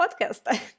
podcast